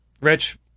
Rich